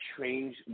change